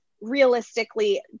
realistically